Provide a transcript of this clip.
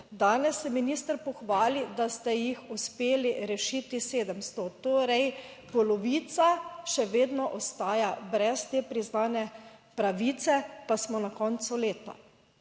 danes se minister pohvali, da ste jih uspeli rešiti 700, torej polovica še vedno ostaja brez te priznane pravice, pa smo na koncu leta,